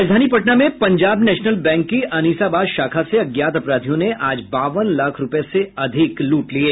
राजधानी पटना में Punjab National Bank की अनीसाबाद शाखा से अज्ञात अपराधियों ने आज बावन लाख रूपये से अधिक लूट लिये